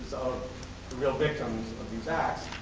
real victims of these acts,